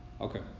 Okay